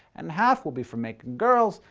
and half will be for making girls,